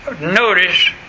notice